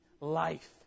life